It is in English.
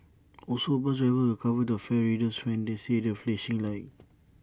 also bus drivers will cover the fare readers when they see that flashing light